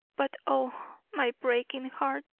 but oh, my breaking heart!